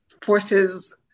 forces